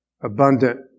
abundant